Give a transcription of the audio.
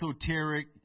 esoteric